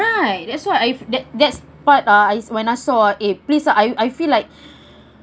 right that's what I that's but uh when I saw please lah I I feel like